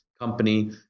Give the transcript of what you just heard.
company